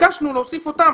ביקשנו להוסיף אותם.